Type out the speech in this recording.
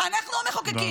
אנחנו המחוקקים.